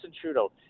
Trudeau